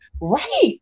right